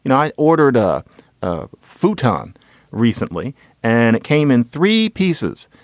and i ordered a ah futon recently and it came in three pieces.